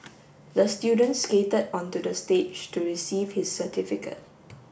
the student skated onto the stage to receive his certificate